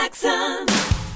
Jackson